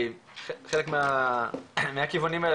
חלק מהכיוונים האלה,